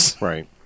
Right